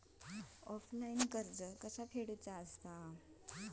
Offline कर्ज कसा फेडूचा?